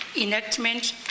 enactment